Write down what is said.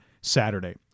saturday